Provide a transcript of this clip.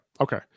Okay